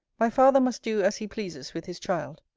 my father must do as he pleases with his child.